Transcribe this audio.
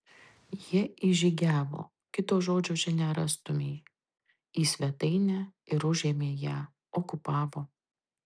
jie įžygiavo kito žodžio čia nerastumei į svetainę ir užėmė ją okupavo